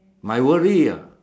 my worry ah